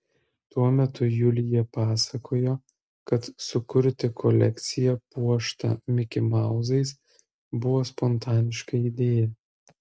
tuo metu julija pasakojo kad sukurti kolekciją puoštą mikimauzais buvo spontaniška idėja